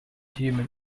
human